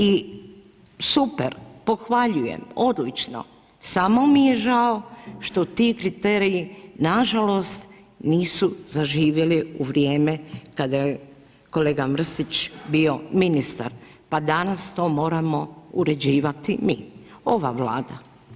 I super, pohvaljujem, odlično, samo mi je žao što ti kriteriji nažalost nisu zaživjeli u vrijeme kada je kolega Mrsić bio ministar pa danas to moramo uređivati mi, ova Vlada.